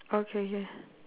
okay K